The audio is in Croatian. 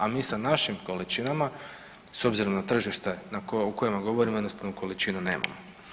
A mi sa našim količinama s obzirom na tržište o kojem govorimo, jednostavno količina nema.